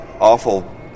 awful